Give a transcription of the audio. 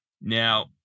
now